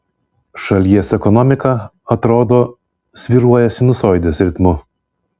šalies ekonomika atrodo svyruoja sinusoidės ritmu